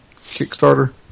Kickstarter